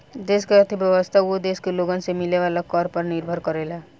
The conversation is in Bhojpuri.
देश के अर्थव्यवस्था ओ देश के लोगन से मिले वाला कर पे निर्भर करेला